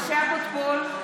משה אבוטבול,